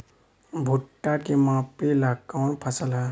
भूट्टा के मापे ला कवन फसल ह?